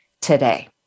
today